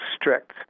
strict